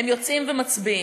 הם יוצאים ומצביעים.